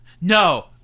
No